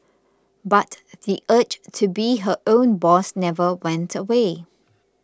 but the urge to be her own boss never went away